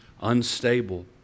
unstable